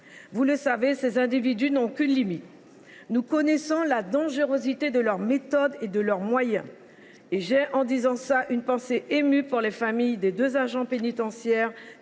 Vous le savez, ces individus n’ont aucune limite. Nous connaissons la dangerosité de leurs méthodes et de leurs moyens. J’ai une pensée émue pour les familles des deux agents pénitentiaires